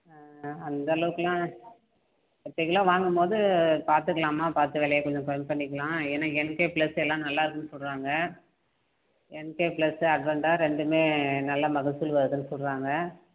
ஆ அந்தளவுக்கெல்லாம் எட்டு கிலோ வாங்கும்போது பார்த்துக்கலாம்மா பார்த்து விலைய கொஞ்சம் கம்மி பண்ணிக்கலாம் ஏன்னா என் கே ப்ளஸ் எல்லா நல்லா இருக்குதுன்னு சொல்கிறாங்க என் கே ப்ளஸ்ஸு அஜெண்டா ரெண்டும் நல்ல மகசூல் வருதுன்னு சொல்கிறாங்க